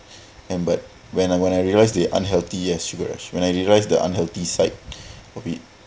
and but when I when I realise they're unhealthy sugar when I realise the unhealthy side of it